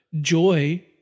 Joy